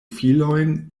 filojn